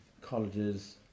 College's